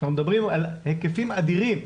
אנחנו מדברים על היקפים אדירים,